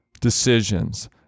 decisions